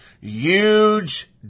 Huge